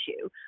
issue